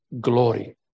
glory